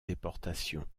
déportation